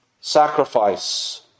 Sacrifice